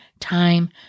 time